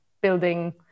building